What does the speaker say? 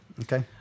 Okay